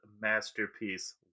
masterpiece